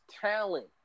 talent